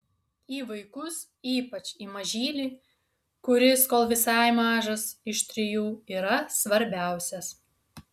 į vaikus ypač į mažylį kuris kol visai mažas iš trijų yra svarbiausias